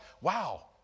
wow